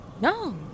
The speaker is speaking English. No